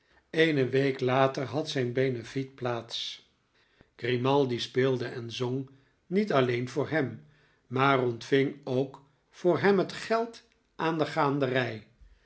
eene week later had zijn benefiet plaats grimaldi speelde en zong niet alleen voor hem maar ontving ook voor hem het geld aan de gaanderij